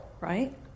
right